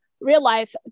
realize